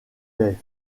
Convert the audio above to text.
est